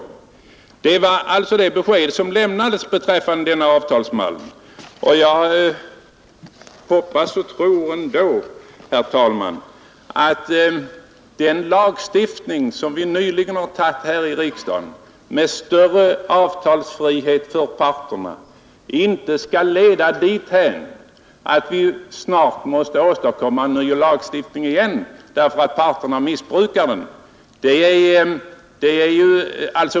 Det var alltså det besked som lämnades beträffande denna avtalsmall. Jag hoppas och tror ändå, herr talman, att den lagstiftning som vi nyligen har beslutat här i riksdagen med större avtalsfrihet för parterna inte skall leda dithän att vi snart måste åstadkomma en ny lagstiftning igen, därför att parterna missbrukar den.